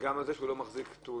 גם על זה שהוא לא מחזיק רישיון.